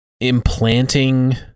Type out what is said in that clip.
implanting